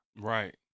Right